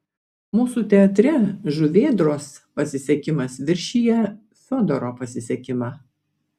mūsų teatre žuvėdros pasisekimas viršija fiodoro pasisekimą